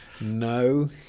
No